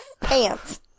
pants